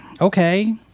okay